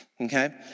okay